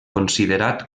considerat